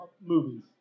movies